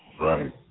Right